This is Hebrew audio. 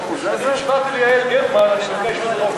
ועדת הכנסת לבחירת נציגי הכנסת באספה